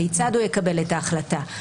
כיצד הוא יקבל את ההחלטה.